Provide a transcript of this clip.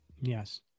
Yes